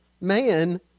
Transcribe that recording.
man